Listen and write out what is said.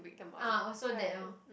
ah also that orh